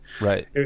Right